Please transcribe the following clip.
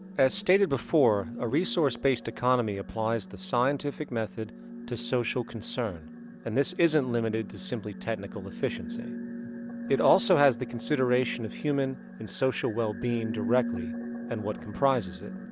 as stated before, a resource-based economy applies the scientific method to social concern and this isn't limited to simply technical efficiency. and it also has the consideration of human and social well-being directly and what comprises it.